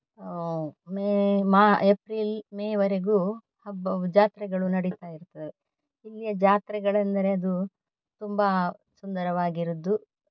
ಮೇ ಮ ಏಪ್ರಿಲ್ ಮೇವರೆಗೂ ಹಬ್ಬವು ಜಾತ್ರೆಗಳು ನಡಿತಾ ಇರ್ತವೆ ಇಲ್ಲಿಯ ಜಾತ್ರೆಗಳೆಂದರೆ ಅದು ತುಂಬ ಸುಂದರವಾಗಿರುವುದು